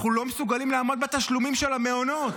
אנחנו לא מסוגלים לעמוד בתשלומים של המעונות.